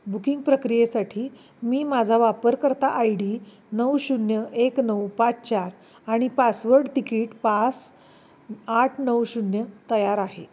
booking प्रक्रियेसाठी मी माझा वापरकर्ता आय डी नऊ शून्य एक नऊ पाच चार आणि पासवर्ड तिकीट पास आठ नऊ शून्य तयार आहे